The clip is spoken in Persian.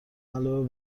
علاوه